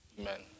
Amen